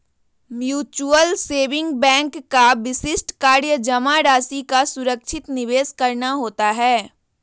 mutual saving bank का विशिष्ट कार्य जमा राशि का सुरक्षित निवेश करना होता है